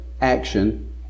action